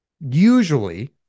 Usually